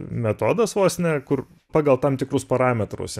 metodas vos ne kur pagal tam tikrus parametrus